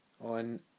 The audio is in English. on